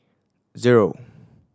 zero